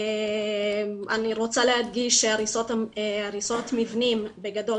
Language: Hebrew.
אני רוצה להדגיש שהריסות מבנים בגדול,